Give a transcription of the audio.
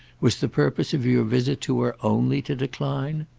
was the purpose of your visit to her only to decline?